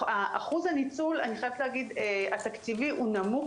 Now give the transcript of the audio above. אחוז הניצול אני חייבת להגיד התקציבי הוא נמוך